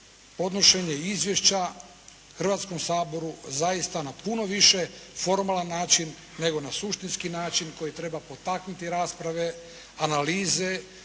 podnošenje izvješća Hrvatskom saboru zaista na puno više formalan način nego na suštinski način koji treba potaknuti rasprave, analize,